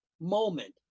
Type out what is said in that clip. moment